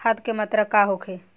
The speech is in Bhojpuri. खाध के मात्रा का होखे?